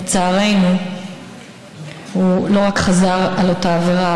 לצערנו הוא לא רק חזר על אותה עבירה,